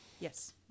Yes